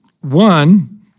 One